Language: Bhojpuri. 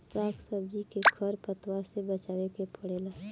साग सब्जी के खर पतवार से बचावे के पड़ेला